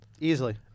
Easily